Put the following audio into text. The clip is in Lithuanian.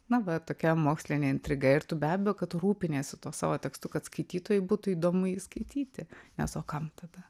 na va tokia mokslinė intriga ir tu be abejo kad rūpiniesi tuo savo tekstu kad skaitytojui būtų įdomu skaityti nes o kam tada